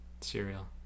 Cereal